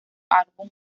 álbum